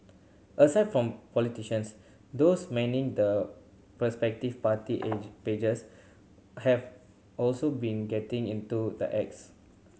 aside from politicians those manning the respective party age pages have also been getting into the acts